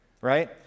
right